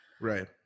Right